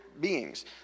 beings